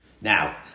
Now